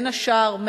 בין השאר,